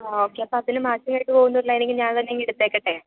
ആ ഓക്കേ അപ്പോൾ അതിൽ മാറ്റി വയ്ക്കുന്ന ഒരു ലൈനിംഗ് ഞാൻ തന്നെയങ്ങ് എടുത്തേക്കട്ടെ